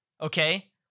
Okay